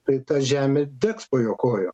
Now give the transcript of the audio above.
tai ta žemė degs po jo kojom